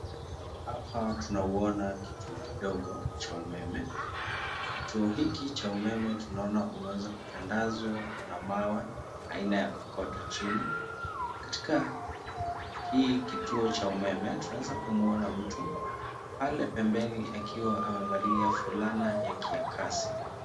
Hapa tunauona kituo kidogo cha umeme. Kituo hiki cha umememawe tunaona inaweza kutandazwa kwa mawe aina ya kokoto chini. Katika hii kichuo cha umeme tunaweza kumuona mtu pale pembeni akiwa amevalia fulana ya kiakasi.